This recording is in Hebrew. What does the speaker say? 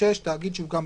(6)תאגיד שהוקם בחוק.